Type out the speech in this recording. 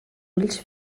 ulls